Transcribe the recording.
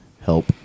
help